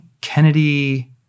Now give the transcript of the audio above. Kennedy